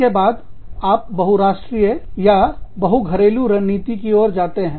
उसके बाद आप बहुराष्ट्रीय या बहु घरेलू रणनीति के ओर जाते हैं